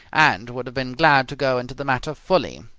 and would have been glad to go into the matter fully.